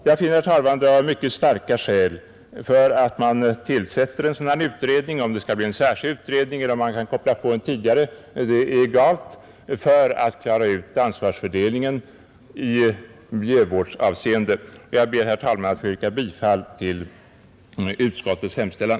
Jag finner, herr talman, mycket starka skäl tala för att en utredning tillsätts — om det skall bli en särskild sådan eller om man kan koppla på en tidigare utredning är egalt — för att klarlägga ansvarsfördelningen i miljövårdsavseende. Jag ber, herr talman, att få yrka bifall till utskottets hemställan.